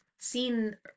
seen